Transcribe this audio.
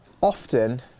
Often